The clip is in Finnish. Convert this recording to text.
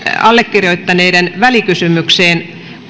allekirjoittaneiden välikysymykseen yksi